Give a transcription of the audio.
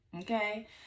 Okay